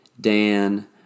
Dan